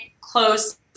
close